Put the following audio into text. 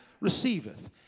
receiveth